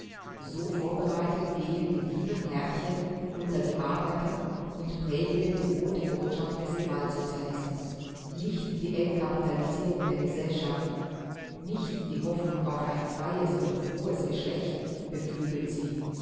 so vorbereitet gehen die lieben herrchen unter die arbeiter und predigen die rote botschaft des gewaltsozialismus nicht die entkapitalisierung der gesellschaft nicht die hoffnung auf ein freies und frohes geschlecht beflügelt sie